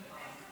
היושב-ראש,